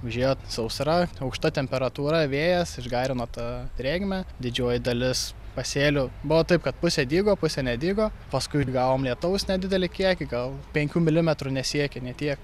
užėjo sausra aukšta temperatūra vėjas išgarino tą drėgmę didžioji dalis pasėlių buvo taip kad pusė dygo pusė nedygo paskui gavom lietaus nedidelį kiekį gal penkių milimetrų nesiekė nė tiek